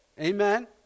Amen